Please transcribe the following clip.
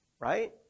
right